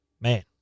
Man